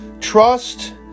Trust